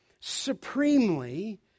supremely